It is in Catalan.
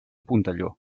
puntelló